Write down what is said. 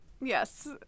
Yes